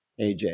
AJ